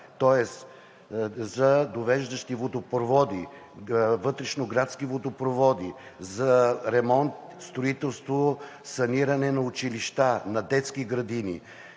тоест за довеждащи водопроводи, вътрешноградски водопроводи; за ремонт, строителство и саниране на училища, на детски градини;